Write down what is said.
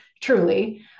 truly